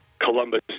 Columbus